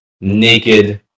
naked